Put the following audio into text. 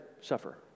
suffer